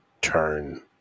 turn